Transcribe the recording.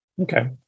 Okay